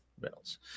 Reynolds